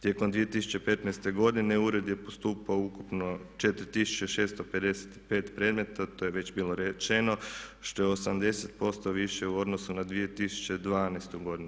Tijekom 2015. godine ured je postupao ukupno 4655 predmeta, to je već bilo rečeno što je 80% više u odnosu na 2012. godinu.